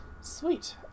Sweet